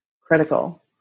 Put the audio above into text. critical